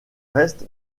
reste